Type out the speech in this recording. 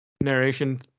narration